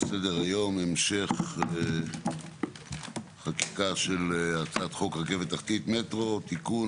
על סדר היום המשך חקיקה של הצעת חוק רכבת תחתית (מטרו) (תיקון),